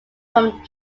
from